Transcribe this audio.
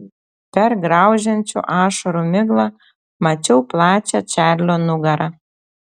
per graužiančių ašarų miglą mačiau plačią čarlio nugarą